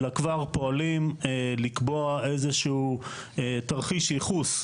אלא כבר פועלים לקבוע איזשהו תרחיש ייחוס,